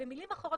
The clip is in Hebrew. במילים אחרות,